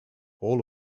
all